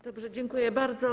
Dobrze, dziękuję bardzo.